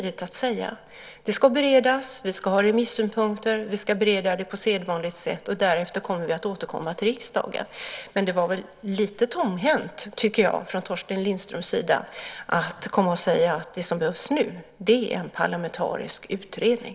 Det ska beredas, vi ska ha remissynpunkter och vi ska bereda det hela på sedvanligt sätt. Därefter kommer vi att återkomma till riksdagen. Det var lite tomhänt från Torsten Lindströms sida att komma och säga att det som behövs nu är en parlamentarisk utredning.